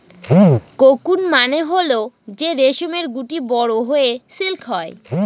cocoon মানে হল যে রেশমের গুটি বড়ো হয়ে সিল্ক হয়